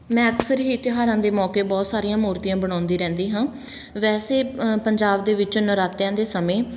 ਮੈਂ ਅਕਸਰ ਹੀ ਤਿਉਹਾਰਾਂ ਦੇ ਮੌਕੇ ਬਹੁਤ ਸਾਰੀਆਂ ਮੂਰਤੀਆਂ ਬਣਾਉਂਦੀ ਰਹਿੰਦੀ ਹਾਂ ਵੈਸੇ ਪੰਜਾਬ ਦੇ ਵਿੱਚ ਨਰਾਤਿਆਂ ਦੇ ਸਮੇਂ